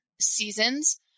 seasons